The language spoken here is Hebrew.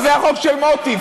זה החוק של מוטי,